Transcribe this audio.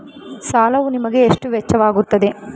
ಸಾಲವು ನಿಮಗೆ ಎಷ್ಟು ವೆಚ್ಚವಾಗುತ್ತದೆ?